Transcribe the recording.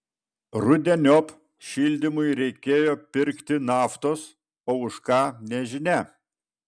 rudeniop šildymui reikėjo pirkti naftos o už ką nežinia